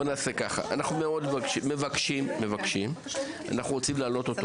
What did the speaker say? אנחנו מבקשים ורוצים לעלות אותו